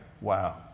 Wow